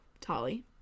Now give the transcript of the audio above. Tali